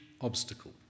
obstacle